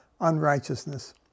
unrighteousness